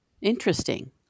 interesting